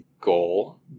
goal